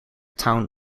town